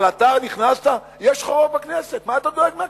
אבל אתה נכנסת, יש חוק בכנסת, מה אתה דואג מהכנסת?